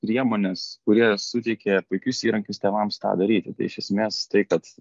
priemones kurie suteikia puikius įrankius tėvams tą daryti tai iš esmės tai kad